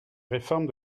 réforme